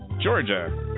georgia